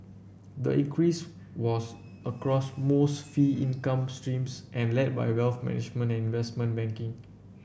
the increase was across most fee income streams and led by wealth management and investment banking